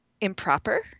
improper